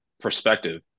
perspective